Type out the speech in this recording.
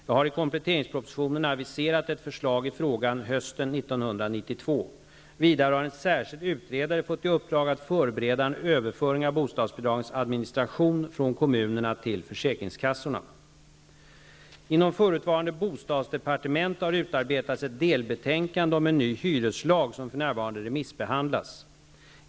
Jag har i kompletteringspropositionen aviserat ett förslag i frågan hösten 1992. Vidare har en särskild utredare fått i uppdrag att förbereda en överföring av bostadsbidragens administration från kommunerna till försäkringskassorna. Inom förutvarande bostadsdepartementet har utarbetats ett delbetänkande om ny hyreslag som för närvarande remissbehandlas.